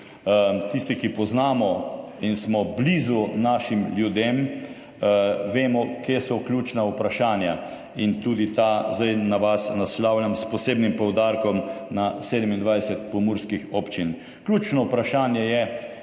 Tisti, ki poznamo in smo blizu našim ljudem, vemo, kje so ključna vprašanja, in tudi ta zdaj na vas naslavljam s posebnim poudarkom na 27 pomurskih občin. Ključno vprašanje,